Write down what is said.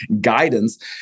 guidance